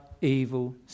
evil